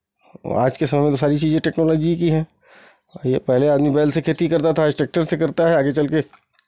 आज के समय में तो सारी चीज़ें टेक्नोलॉजी की ही है ये पहले आदमी बैल से खेती करता था आज ट्रैक्टर से खेती करता है आगे चलके